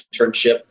internship